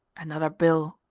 another bill!